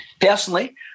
Personally